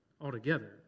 altogether